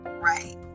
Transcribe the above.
right